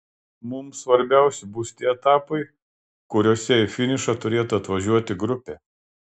mums svarbiausi bus tie etapai kuriuose į finišą turėtų atvažiuoti grupė